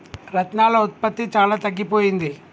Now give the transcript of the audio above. రత్నాల ఉత్పత్తి చాలా తగ్గిపోయింది